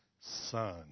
Son